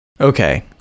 okay